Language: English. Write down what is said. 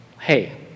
hey